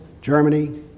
Germany